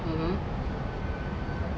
mmhmm